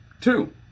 Two